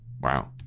Wow